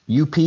up